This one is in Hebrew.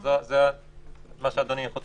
זה מה שאדוני חותר אליו?